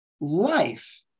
life